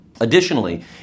Additionally